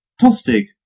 Tostig